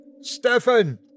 Stefan